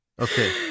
Okay